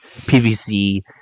PVC